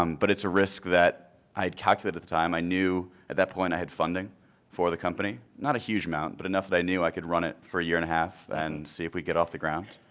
um but it's a risk that i had calculated at the time. i knew at that point i had funding for the company. not a huge amount but enough that i knew i could run it for a year and a half and see if we'd get off the ground.